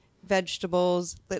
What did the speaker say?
vegetables